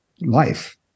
life